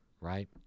Right